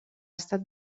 estat